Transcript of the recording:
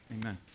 amen